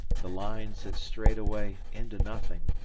the lines that strayed away into nothing,